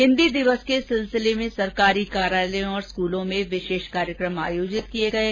हिन्दी दिवस के सिलसिले में सरकारी कार्यालयों और स्कूलों में विशेष कार्यक्रम आयोजित किये गये